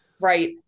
Right